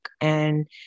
and-